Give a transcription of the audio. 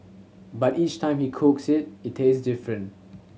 but each time he cooks it it taste different